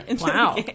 Wow